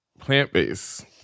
plant-based